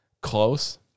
close